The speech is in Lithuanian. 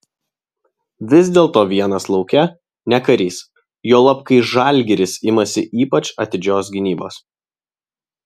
vis dėlto vienas lauke ne karys juolab kai žalgiris imasi ypač atidžios gynybos